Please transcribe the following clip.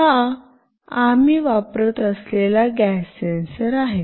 हा आम्ही वापरत असलेला गॅस सेन्सर आहे